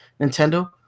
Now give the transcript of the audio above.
Nintendo